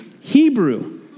Hebrew